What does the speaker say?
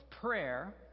prayer